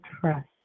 trust